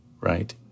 right